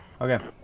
Okay